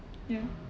ya